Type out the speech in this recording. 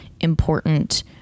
important